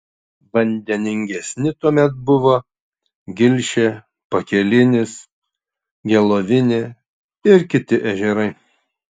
vandeningesni tuomet buvo gilšė pakelinis gelovinė ir kiti ežerai